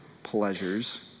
pleasures